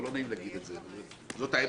לא נעים להגיד את זה, אבל זאת האמת.